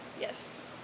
Yes